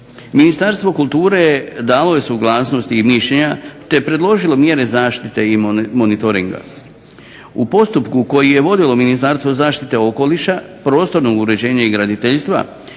Ministarstvo kulture dalo je suglasnost i mišljenja, te predložilo mjere zaštite i monitoringa. U postupku koje je vodilo Ministarstvo zaštite okoliša, prostornog uređenja i graditeljstva,